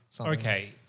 Okay